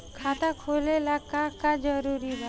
खाता खोले ला का का जरूरी बा?